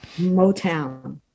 Motown